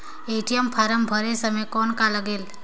ATM form भरे समय कौन का लगेल?